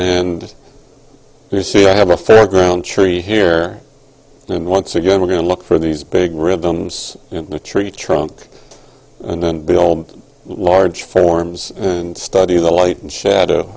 and you see i have a third ground tree here and once again we're going to look for these big rhythms in the tree trunk and then build large forms and study the light and shadow